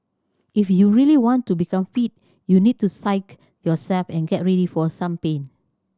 if you really want to become fit you need to psyche yourself and get ready for some pain